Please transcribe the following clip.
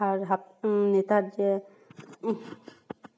ᱟᱨ ᱡᱮ